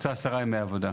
עשרה ימי עבודה.